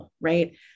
right